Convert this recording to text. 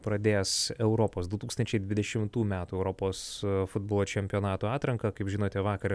pradės europos du tūkstančiai dvidešimtų metų europos futbolo čempionato atranką kaip žinote vakar